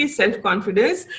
self-confidence